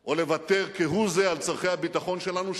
או לוותר כהוא-זה על צורכי הביטחון שלנו,